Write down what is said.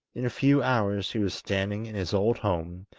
in a few hours he was standing in his old home,